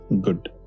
good